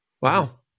Wow